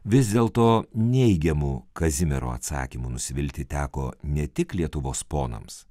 vis dėlto neigiamų kazimiero atsakymu nusivilti teko ne tik lietuvos ponams